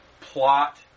plot